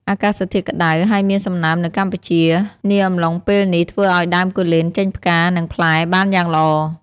អាកាសធាតុក្ដៅហើយមានសំណើមនៅកម្ពុជានាអំឡុងពេលនេះ ធ្វើឲ្យដើមគូលែនចេញផ្កា និងផ្លែបានយ៉ាងល្អ។